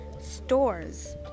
Stores